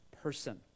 person